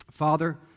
Father